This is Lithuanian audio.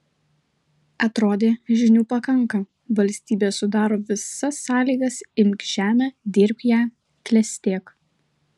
atrodė žinių pakanka valstybė sudaro visas sąlygas imk žemę dirbk ją klestėk